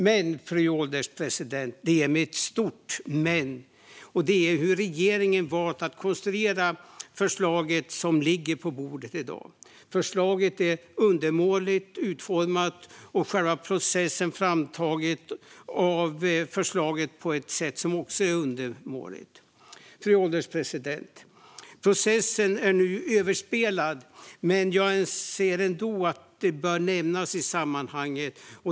Men, fru ålderspresident, det finns ett stort men när det gäller hur regeringen valt att konstruera det förslag som ligger på bordet i dag. Förslaget är undermåligt utformat, och själva processen för framtagandet av förslaget är också undermålig. Fru ålderspresident! Processen är nu överspelad, men jag anser ändå att den bör nämnas i sammanhanget.